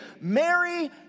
Mary